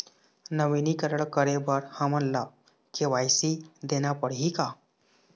नवीनीकरण करे बर हमन ला के.वाई.सी देना पड़ही का?